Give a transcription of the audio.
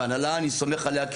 ההנהלה, אני סומך עליה כי